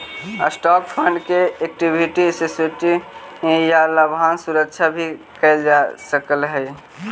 stock fund के equity security या लाभांश सुरक्षा भी कहल जा सकऽ हई